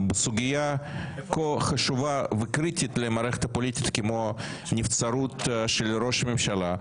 הסוגיה כה חשובה וקריטית למערכת הפוליטית כמו נבצרות של ראש ממשלה,